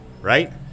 right